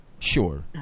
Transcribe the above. sure